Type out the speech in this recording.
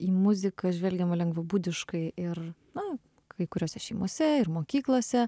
į muziką žvelgiama lengvabūdiškai ir na kai kuriose šeimose ir mokyklose